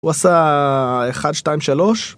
הוא עשה 1,2,3